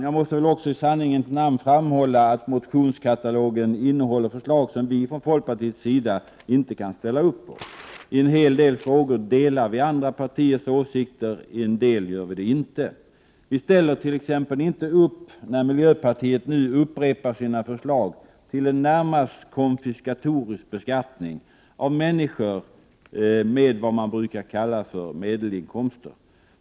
Jag måste väli sanningens namn framhålla att motionskatalogen innehåller förslag som vi från folkpartiets sida inte kan ställa upp på. I en hel del frågor delar vi andra partiers åsikter. I andra gör vi det inte. Vi ställer t.ex. inte upp när miljöpartiet nu upprepar sina förslag till en närmast konfiskatorisk beskattning av människor med vad man brukar kalla medelinkomster.